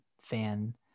fan